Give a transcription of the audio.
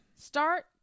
Start